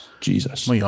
Jesus